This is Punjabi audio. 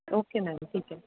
ਓਕੇ ਮੈਮ ਠੀਕ ਹੈ